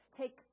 take